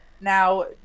Now